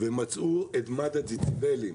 ומצאו את מד הדציבלים.